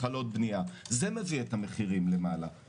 זה החלטות של מועצת מקרקעי ישראל.